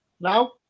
now